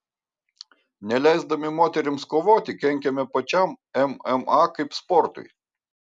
neleisdami moterims kovoti kenkiame pačiam mma kaip sportui